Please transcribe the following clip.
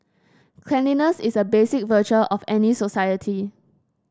cleanliness is a basic virtue of any society